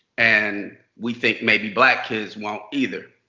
and we think maybe black kids won't either.